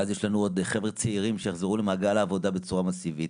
ואז יש לנו עוד חבר'ה צעירים שיחזרו למעגל העבודה בצורה מאסיבית,